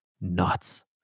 nuts